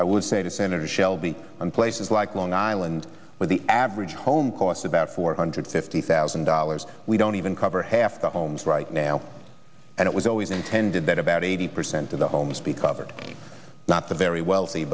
i would say to senator shelby and places like la an island where the average home costs about four hundred fifty thousand dollars we don't even cover half the homes right now and it was always intended that about eighty percent of the homes be covered not the very wealthy